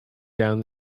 down